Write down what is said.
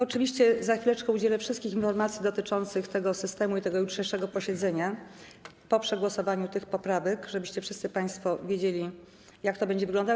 Oczywiście za chwileczkę udzielę wszystkich informacji dotyczących tego systemu i jutrzejszego posiedzenia, po przegłosowaniu tych poprawek, żebyście wszyscy państwo wiedzieli, jak to będzie wyglądało.